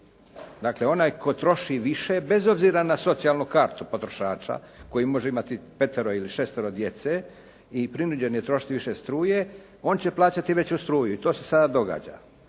Dakle, onaj koji troši više bez obzira na socijalnu kartu potrošača koji može imati petero ili šestero djece i prinuđen je trošiti više struje, on će plaćati veću struju. To se sada događa.